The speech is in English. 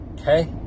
Okay